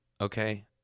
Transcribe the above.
Okay